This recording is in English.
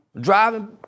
Driving